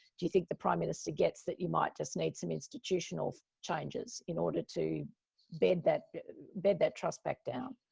do you think the prime minister gets that you might just need some institutional changes in order to bed that bed that trust back down?